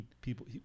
people